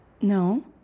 No